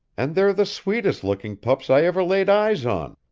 and they're the sweetest looking pups i ever laid eyes on.